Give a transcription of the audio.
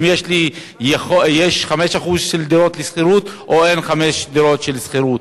אם יש 5% של דירות לשכירות או אין 5% דירות לשכירות.